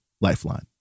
lifeline